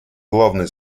главной